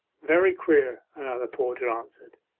very queer another porter answered.